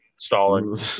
stalling